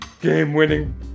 game-winning